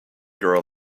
girl